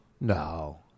No